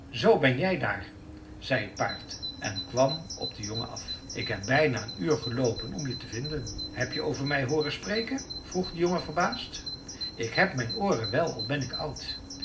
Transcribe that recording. zoo ben jij daar zei het paard en kwam op den jongen af ik heb bijna een uur geloopen om je te vinden heb je over mij hooren spreken vroeg de jongen verbaasd ik heb mijn ooren wel al ben ik oud